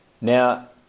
Now